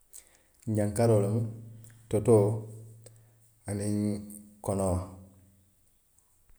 Ñankaroo loŋ, totoo, aniŋ konoo